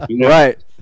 Right